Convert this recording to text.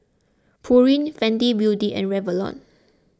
Pureen Fenty Beauty and Revlon